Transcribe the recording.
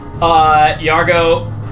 Yargo